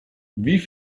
wie